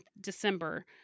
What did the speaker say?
December